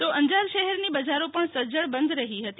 તો અંજાર શહેરની બજારો પણ સજ્જડ બંધ રહી હતી